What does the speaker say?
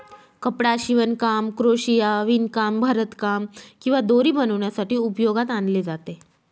कपडा शिवणकाम, क्रोशिया, विणकाम, भरतकाम किंवा दोरी बनवण्यासाठी उपयोगात आणले जाते